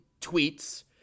tweets